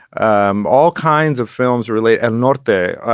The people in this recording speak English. um all kinds of films relate and not the